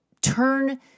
turn